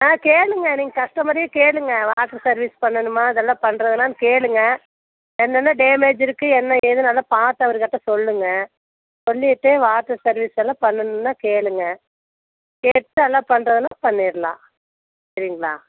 ஆ கேளுங்கள் நீங்கள் கஸ்டமரையே கேளுங்கள் வாட்டர் சர்வீஸ் பண்ணணுமா இதெல்லாம் பண்ணுறதுலாம் கேளுங்கள் என்னென்ன டேமேஜ் இருக்கு என்ன ஏதுன்னு நல்லா பார்த்து அவர்க்கிட்ட சொல்லுங்கள் சொல்லிவிட்டு வாட்டர் சர்வீஸ் எல்லாம் பண்ணணுன்னா கேளுங்கள் கேட்டுவிட்டு அதெலாம் பண்ணுறதுன்னா பண்ணிடலாம் சரிங்களா